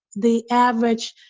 the average,